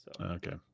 Okay